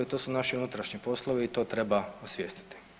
To su naši unutrašnji poslovi i to treba osvijestiti.